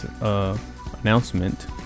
announcement